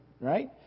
Right